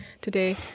today